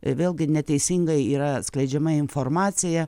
vėlgi neteisingai yra skleidžiama informacija